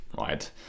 right